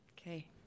Okay